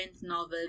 novel